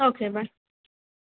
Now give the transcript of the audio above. okay bye